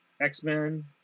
X-Men